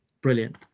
brilliant